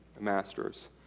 masters